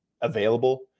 available